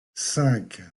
cinq